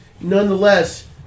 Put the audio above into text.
Nonetheless